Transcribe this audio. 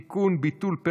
(תיקון מס'